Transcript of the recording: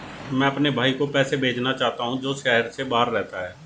मैं अपने भाई को पैसे भेजना चाहता हूँ जो शहर से बाहर रहता है